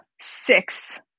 six